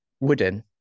Wooden